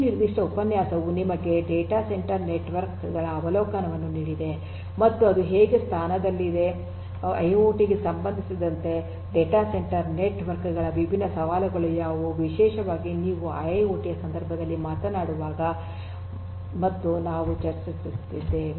ಈ ನಿರ್ದಿಷ್ಟ ಉಪನ್ಯಾಸವು ನಿಮಗೆ ಡೇಟಾ ಸೆಂಟರ್ ನೆಟ್ವರ್ಕ್ ಗಳ ಅವಲೋಕನವನ್ನು ನೀಡಿದೆ ಮತ್ತು ಅದು ಹೇಗೆ ಸ್ಥಾನದಲ್ಲಿದೆ ಐಐಒಟಿ ಗೆ ಸಂಬಂಧಿಸಿದಂತೆ ಡಾಟಾ ಸೆಂಟರ್ ನೆಟ್ವರ್ಕ್ ಗಳ ವಿಭಿನ್ನ ಸವಾಲುಗಳು ಯಾವುವು ವಿಶೇಷವಾಗಿ ನೀವು ಐಐಒಟಿ ಯ ಸಂದರ್ಭದಲ್ಲಿ ಮಾತನಾಡುವಾಗ ನಾವು ಚರ್ಚಿಸಿದ್ದೇವೆ